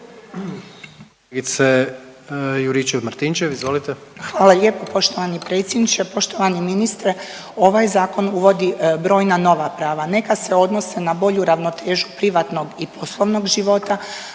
Hvala lijepa. Poštovani predsjedniče, poštovani ministre. Ovaj zakon uvodi brojna nova prava, neka se odnose na bolju ravnotežu privatnog i poslovnog života,